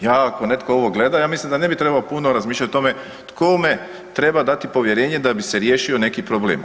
Ja ako netko ovo gleda, ja mislim da ne bi trebao puno razmišljati o tome kome treba dati povjerenje da bi se riješio neki problem.